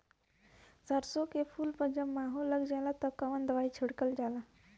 सरसो के फूल पर जब माहो लग जाला तब कवन दवाई छिड़कल जाला?